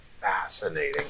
fascinating